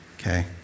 Okay